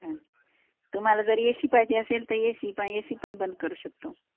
हां तुम्हाला जर ए सी पाहिजे असेल तर ए सी पण ए सी पण बंद करू शकतो